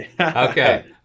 Okay